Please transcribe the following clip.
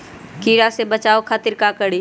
कीरा से बचाओ खातिर का करी?